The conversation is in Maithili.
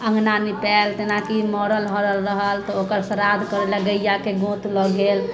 अँगना निपायल जेनाकि मड़ल हड़ल रहल तऽ ओकर श्राध करऽ लए गैयाके गोत लऽ गेल